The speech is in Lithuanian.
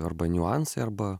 arba niuansai arba